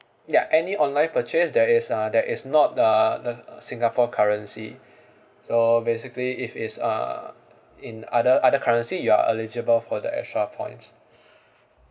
ya any online purchase that is uh that is not the the singapore currency so basically if it's uh in other other currency you are eligible for the extra points